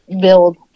build